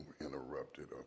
interrupted